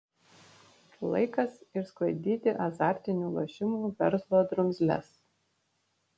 laikas išsklaidyti azartinių lošimų verslo drumzles